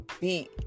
beat